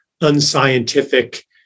unscientific